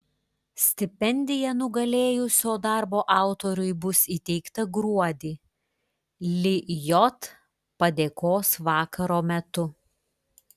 stipendija nugalėjusio darbo autoriui bus įteikta gruodį lijot padėkos vakaro metu